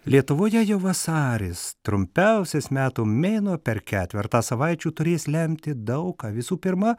lietuvoje jau vasaris trumpiausias metų mėnuo per ketvertą savaičių turės lemti daug ką visų pirma